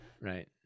right